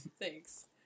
Thanks